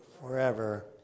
forever